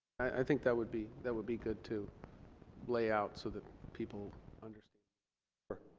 i think that would be that would be good to lay out so that people understand more